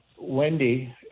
Wendy